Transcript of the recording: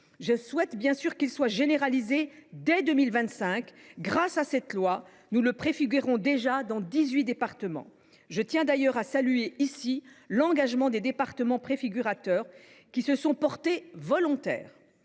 Je souhaite qu’il soit généralisé dès 2025 ; grâce à cette proposition de loi, nous le préfigurons déjà dans 18 départements. Je tiens d’ailleurs à saluer ici l’engagement des départements préfigurateurs qui se sont portés volontaires.